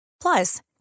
Plus